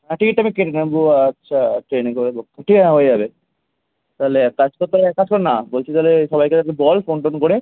হ্যাঁ টিকিটটা আমি কেটে নেবো আচ্ছা ট্রেনে করে বকখালি ঠিক আছে হয়ে যাবে তালে এক কাজ কর তালে এক কাজ কর না বলছি তালে সবাইকে তুই বল ফোন টোন করে